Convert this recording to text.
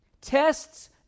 Tests